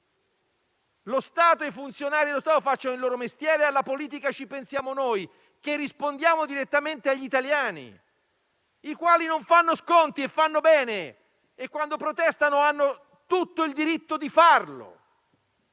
Lo Stato e i funzionari facciano il loro mestiere; alla politica ci pensiamo noi, che rispondiamo direttamente agli italiani, i quali non fanno sconti e fanno bene. Quando protestano, hanno tutto il diritto di farlo.